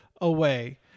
away